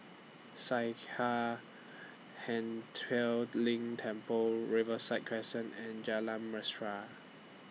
Sakya Ling Temple Riverside Crescent and Jalan Mesra